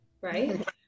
Right